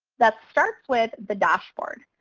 that starts with the dashboard.